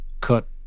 cut